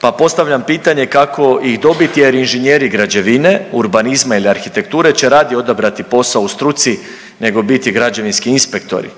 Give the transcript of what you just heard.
pa postavljam pitanje kako ih dobit jer inženjeri građevine, urbanizma ili arhitekture će radije odabrati posao u struci nego biti građevinski inspektori.